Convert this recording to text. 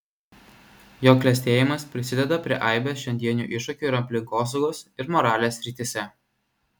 jo klestėjimas prisideda prie aibės šiandienių iššūkių ir aplinkosaugos ir moralės srityse